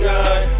God